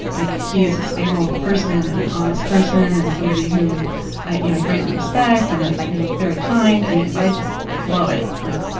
like he is a stable person, and an honest person, and somebody who i you know i greatly respect, and you know very kind and if i just blow it, like,